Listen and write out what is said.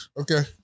Okay